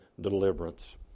deliverance